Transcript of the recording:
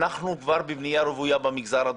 אנחנו כבר בבנייה רוויה במגזר הדרוזי.